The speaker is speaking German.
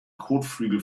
kotflügel